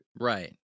Right